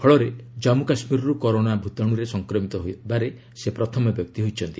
ଫଳରେ ଜଜ୍ମୁ କାଶ୍ମୀରରୁ କରୋନା ଭୂତାଣୁରେ ସଂକ୍ରମିତ ହେବାରେ ସେ ପ୍ରଥମ ବ୍ୟକ୍ତି ହୋଇଛନ୍ତି